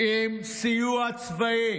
עם סיוע צבאי,